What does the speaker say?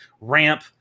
ramp